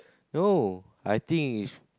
no I think